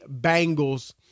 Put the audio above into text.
Bengals